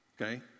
okay